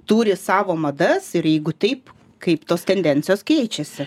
turi savo madas ir jeigu taip kaip tos tendencijos keičiasi